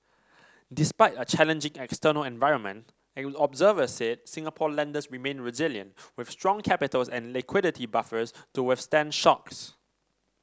despite a challenging external environment observers said Singapore lenders remain resilient with strong capital and liquidity buffers to withstand shocks